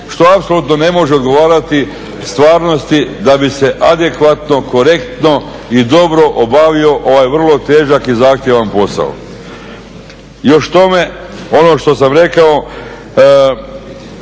što apsolutno ne može odgovarati stvarnosti da bi se adekvatno, korektno i dobro obavio ovaj vrlo težak i zahtjevan posao. Još k tome ono što sam rekao